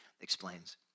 explains